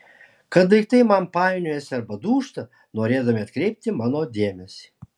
kad daiktai man painiojasi arba dūžta norėdami atkreipti mano dėmesį